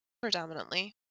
predominantly